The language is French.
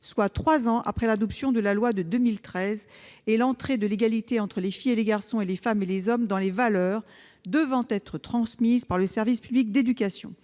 soit trois ans après l'adoption de la loi de 2013 et l'inscription de l'égalité entre les filles et les garçons et entre les femmes et les hommes au nombre des valeurs devant être transmises par le service public de l'éducation.